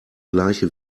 gleiche